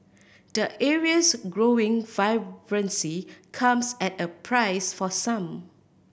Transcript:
the area's growing vibrancy comes at a price for some